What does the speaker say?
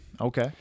Okay